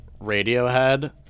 Radiohead